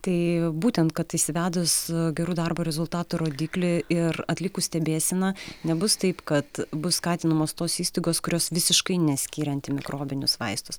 tai būtent kad įsivedus gerų darbo rezultatų rodiklį ir atlikus stebėseną nebus taip kad bus skatinamos tos įstaigos kurios visiškai neskyrė antimikrobinius vaistus